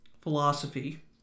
philosophy